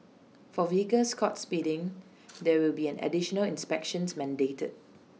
for vehicles caught speeding there will be an additional inspections mandated